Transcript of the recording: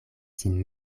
sin